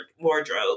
wardrobe